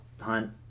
Hunt